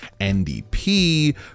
NDP